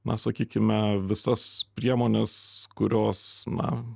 na sakykime visas priemones kurios na